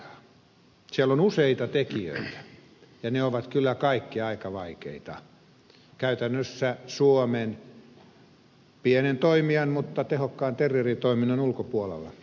siellä on useita tekijöitä ja ne ovat kyllä kaikki aika vaikeita käytännössä suomen pienen toimijan mutta tehokkaan terrieritoimijan ulkopuolella